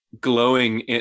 glowing